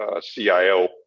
CIO